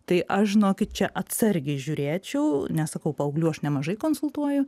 tai aš žinokit čia atsargiai žiūrėčiau nes sakau paauglių aš nemažai konsultuoju